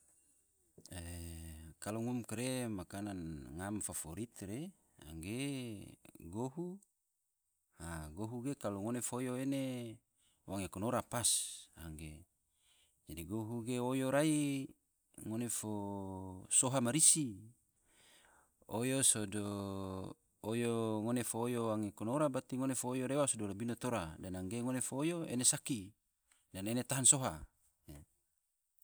Kalo ngom kare makanan ngam favorit ge, gohu, a gohu ge se ngone fo oyo ene wange konora pas, dadi gohu ge oyo rai, ngone fo soha marisi, oyo sodo, ngone fo oyo wange konora brati ngone fo oyo rewa sodo labino tora, dan nege ngone fo oyo ene saki, dan tahan soha